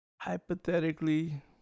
hypothetically